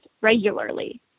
regularly